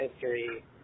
history